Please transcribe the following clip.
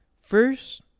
First